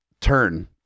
turn